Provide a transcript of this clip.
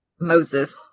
Moses